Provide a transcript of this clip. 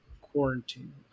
quarantine